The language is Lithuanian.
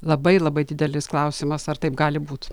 labai labai didelis klausimas ar taip gali būt